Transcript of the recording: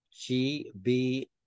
G-B